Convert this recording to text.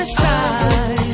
side